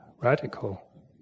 Radical